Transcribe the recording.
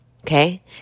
Okay